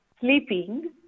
sleeping